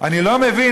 אני לא מבין,